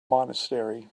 monastery